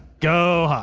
go, huh?